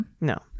No